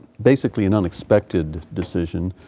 basically and unexpected decision,